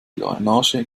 drainage